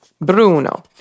Bruno